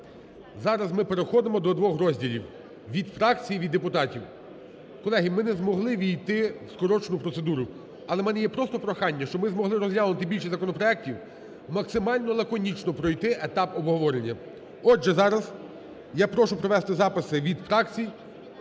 зараз ми переходимо до двох розділів від фракцій і від депутатів. Колеги, ми не змогли увійти в скорочену процедуру, але в мене є просто прохання, щоб ми змогли розглянути більше законопроектів, максимально лаконічно пройти етап обговорення. Отже, зараз я прошу провести записи від фракцій.